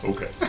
Okay